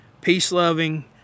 peace-loving